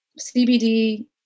CBD